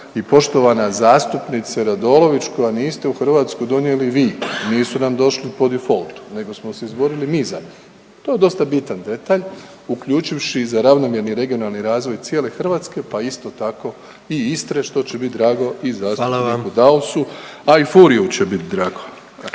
i poštovana zastupnice RAdolović koja niste u Hrvatsku donijeli vi, nisu nam došli po difoltu nego smo se izborili mi za njih. To je dosta bitan detalj uključivši i za ravnomjerni regionalni razvoj cijele Hrvatske pa isto tako i Istre …/Upadica predsjednik: Hvala vam./… što će biti drago i zastupniku Dausu, a i u Furiu će biti drago.